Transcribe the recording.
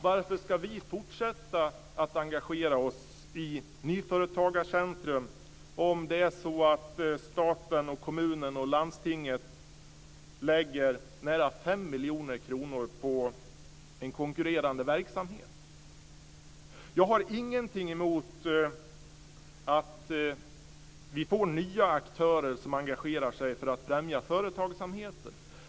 Varför ska vi fortsätta att engagera oss i Nyföretagarcentrum om staten, kommunen och landstinget lägger nära fem miljoner kronor på en konkurrerande verksamhet? Jag har ingenting emot att vi får nya aktörer som engagerar sig för att främja företagsamheten.